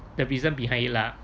the reason behind it lah